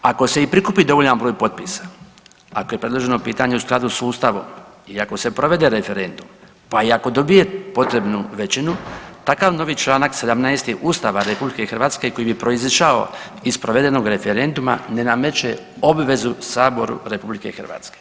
Ako se i prikupi dovoljan broj potpisa, ako je predloženo pitanje u skladu s Ustavom i ako se provede referendum, pa i ako dobije potrebnu većinu, takav novi čl. 17 Ustava RH koji bi proizišao iz provedenog referenduma ne nameće obvezu Saboru RH.